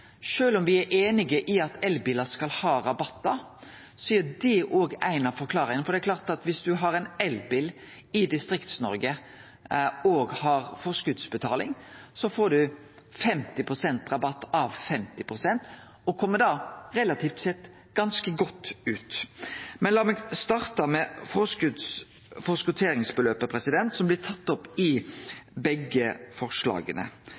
om me er einige om at elbilar skal ha rabattar, så er det òg ein av forklaringane. For det er klart at viss ein har ein elbil i Distrikts-Noreg òg har forskotsbetaling, får ein 50 pst. rabatt av 50 pst. og kjem da relativt sett ganske godt ut. Men lat meg starte med forskotsbeløpet, som blir tatt opp i